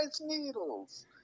needles